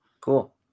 Cool